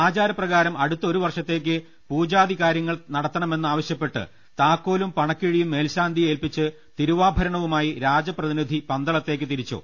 ആചാര പ്രകാരം അടുത്ത ഒരു വർഷത്തേയ്ക്ക് പൂജാദി കാര്യങ്ങൾ നടത്തണമെന്ന് ആവശ്യപ്പെട്ട് താക്കോലും പണക്കിഴിയും മേൽശാന്തിയെ ഏൽപിച്ച് തിരുവാഭരണവുമായി രാജപ്രതിനിധി പന്തള ത്തേക്ക് തിരിച്ചു